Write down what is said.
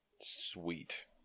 Sweet